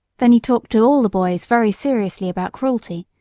then he talked to all the boys very seriously about cruelty,